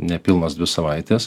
nepilnos dvi savaitės